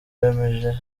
bemeje